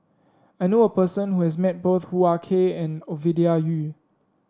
I knew a person who has met both Hoo Ah Kay and Ovidia Yu